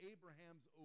Abraham's